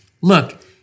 Look